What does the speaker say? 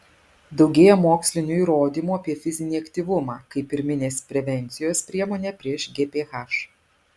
daugėja mokslinių įrodymų apie fizinį aktyvumą kaip pirminės prevencijos priemonę prieš gph